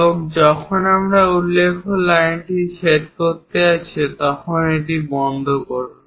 এবং যখন এই উল্লম্ব লাইনটি ছেদ করতে যাচ্ছে তখন এটি বন্ধ করুন